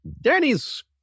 Danny's